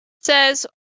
says